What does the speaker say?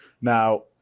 now